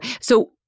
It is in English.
So-